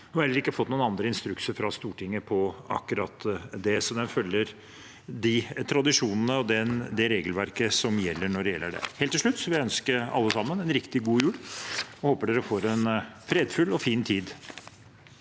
har heller ikke fått noen andre instrukser fra Stortinget om akkurat det. Så det følger tradisjonene og regelverket som gjelder der. Helt til slutt vil jeg ønske alle sammen en riktig god jul, og jeg håper dere får en fredfull og fin tid!